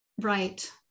Right